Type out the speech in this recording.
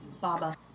Baba